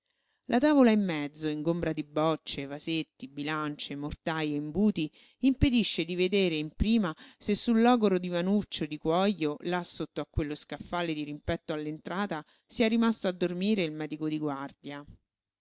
la tavola in mezzo ingombra di bocce vasetti bilance mortaj e imbuti impedisce di vedere in prima se sul sul logoro divanuccio di cuojo là sotto a quello scaffale dirimpetto all'entrata sia rimasto a dormire il medico di guardia